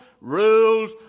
rules